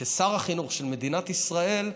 כשר החינוך של מדינת ישראל,